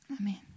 Amen